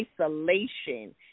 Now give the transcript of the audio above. isolation